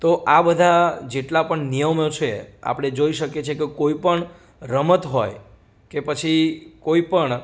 તો આ બધા જેટલા પણ નિયમો છે આપણે જોઈ શકીએ છીએ કે કોઈ પણ રમત હોય કે પછી કોઈ પણ